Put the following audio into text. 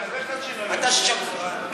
אתה שקרן.